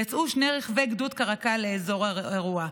יצאו שני רכבי גדוד קרק"ל לאזור האירוע.